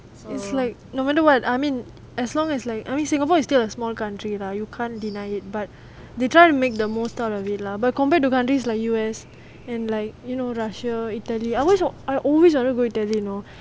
it's like no matter what I mean as long as like I mean singapore is still a small country lah you can't deny it but they try to make the most out of it lah but compared to countries like U_S and like you know russia italy I wish I always want to go italy you know